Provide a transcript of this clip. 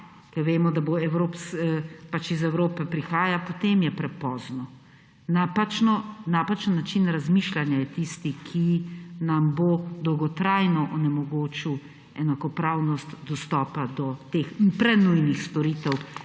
vemo, da bo pač iz Evrope prihajal, potem je prepozno. Napačen način razmišljanja je tisti, ki nam bo dolgotrajno onemogočil enakopravnost dostopa do teh prenujnih storitev